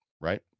Right